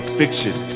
fiction